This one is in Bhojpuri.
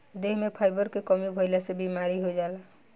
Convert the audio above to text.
देह में फाइबर के कमी भइला से बीमारी हो जाला